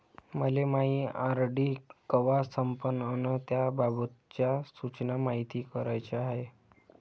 मले मायी आर.डी कवा संपन अन त्याबाबतच्या सूचना मायती कराच्या हाय